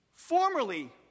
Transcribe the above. formerly